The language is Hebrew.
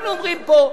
אנחנו אומרים פה: